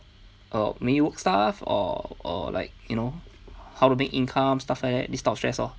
uh minute stuff or or like you know how to make income stuff like that this type of stress lor